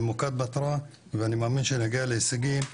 ממוקד מטרה ואני מאמין שנגיע להישגים,